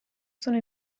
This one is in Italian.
sono